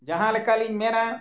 ᱡᱟᱦᱟᱸ ᱞᱮᱠᱟᱞᱤᱧ ᱢᱮᱱᱟ